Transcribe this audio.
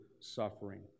suffering